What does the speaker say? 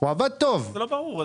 זה לא ברור.